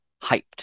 hyped